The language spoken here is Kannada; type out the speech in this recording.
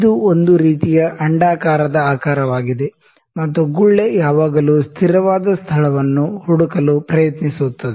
ಇದು ಒಂದು ರೀತಿಯ ಅಂಡಾಕಾರದ ಆಕಾರವಾಗಿದೆ ಮತ್ತು ಗುಳ್ಳೆ ಯಾವಾಗಲೂ ಸ್ಥಿರವಾದ ಸ್ಥಳವನ್ನು ಹುಡುಕಲು ಪ್ರಯತ್ನಿಸುತ್ತದೆ